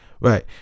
right